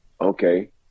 okay